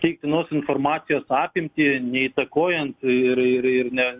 teiktinos informacijos apimtį neįtakojant ir ir ir ne